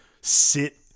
sit